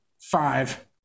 five